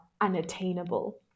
unattainable